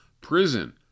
Prison